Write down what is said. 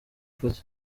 party